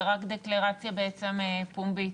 זה רק דקלרציה פומבית,